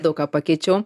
daug ką pakeičiau